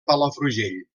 palafrugell